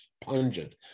pungent